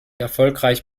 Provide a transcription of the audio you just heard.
erfolgreich